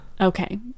Okay